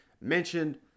mentioned